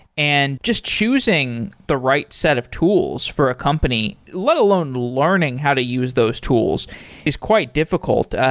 and just choosing the right set of tools for a company, let alone learning how to use those tools is quite difficult.